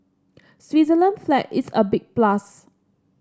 Switzerland's flag is a big plus